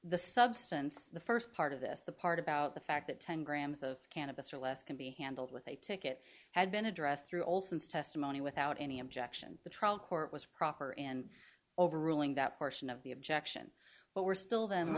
the substance the first part of this the part about the fact that ten grams of cannabis or less can be handled with a ticket had been addressed through olsen's testimony without any objection the trial court was proper and overruling that portion of the objection but were still them